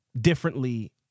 differently